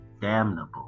damnable